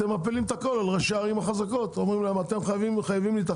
הפלתם את הכול על ראשי הערים החזקות ואמרתם להם: אתם חייבים להתאחד.